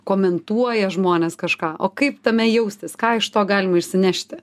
komentuoja žmonės kažką o kaip tame jaustis ką iš to galima išsinešti